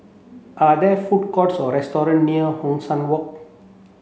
are there food courts or restaurant near Hong San Walk